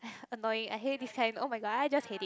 annoying I hate this kind oh-my-god I just hate it